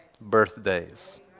birthdays